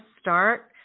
start